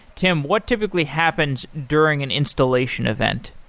tim, what typically happens during an installation event?